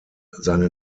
seine